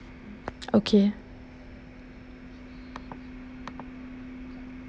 okay